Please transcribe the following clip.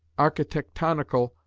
architectonical,